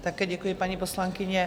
Také děkuji, paní poslankyně.